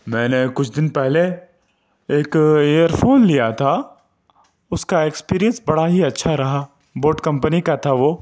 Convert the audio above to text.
میں نے کچھ دن پہلے ایک ایئر فون لیا تھا اس کا ایکسپیریئنس بڑا ہی اچھا رہا بوٹ کمپنی کا تھا وہ